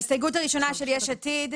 ההסתייגות הראשונה של יש עתיד,